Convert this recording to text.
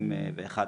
ב-2011.